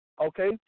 Okay